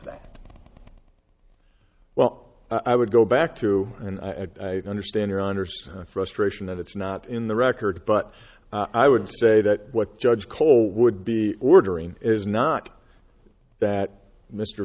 that well i would go back to and i understand your honour's frustration that it's not in the record but i would say that what judge cole would be ordering is not that mr